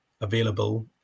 available